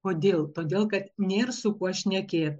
kodėl todėl kad nėr su kuo šnekėt